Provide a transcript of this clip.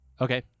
Okay